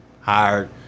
hired